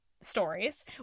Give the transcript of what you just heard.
stories